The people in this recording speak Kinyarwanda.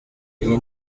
iyi